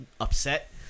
upset